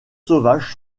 sauvages